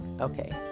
Okay